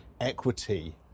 equity